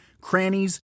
crannies